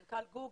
מנכ"ל גוגל,